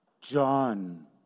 John